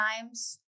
times